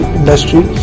industry